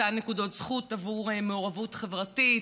מתן נקודות זכות עבור מעורבות חברתית,